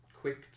quick